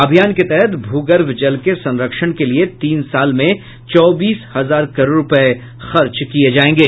अभियान के तहत भूगर्भ जल के संरक्षण के लिये तीन साल में चौबीस हजार करोड़ रूपये खर्च होंगे